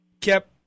kept